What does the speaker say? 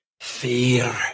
fear